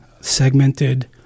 segmented